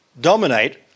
dominate